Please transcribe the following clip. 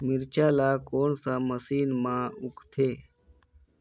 मिरचा ला कोन सा महीन मां उगथे?